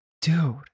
Dude